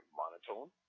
monotone